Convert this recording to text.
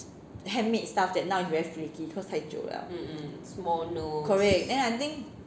handmade stuff that now is very flaky cause 太久了 correct then I think